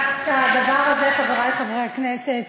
הדבר הזה, חברי חברי הכנסת,